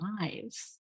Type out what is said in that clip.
lives